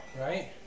right